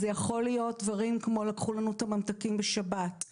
זה יכול להיות דברים כמו - לקחו לנו את הממתקים בשבת,